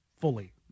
fully